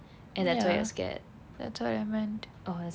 ya that's what I meant